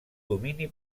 domini